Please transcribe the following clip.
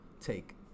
take